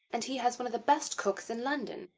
and he has one of the best cooks in london,